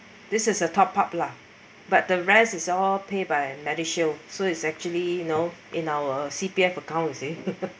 this is a top up lah but the rest is all pay by MediShield so it's actually you know in our C_P_F account you see